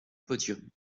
podium